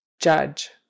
Judge